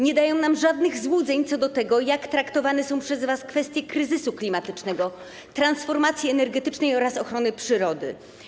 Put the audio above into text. Nie dają nam żadnych złudzeń co do tego, jak traktowane są przez was kwestie kryzysu klimatycznego, transformacji energetycznej oraz ochrony przyrody.